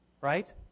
right